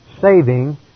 saving